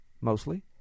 mostly